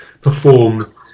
perform